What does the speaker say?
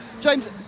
James